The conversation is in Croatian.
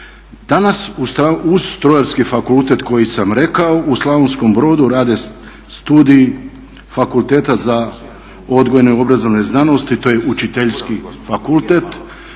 Danas uz Strojarski fakultet koji sam rekao u Slavonskom Brodu radi Studiji fakulteta za odgojno-obrazovne znanosti, to je Učiteljski fakultet,